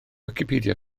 wicipedia